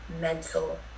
mental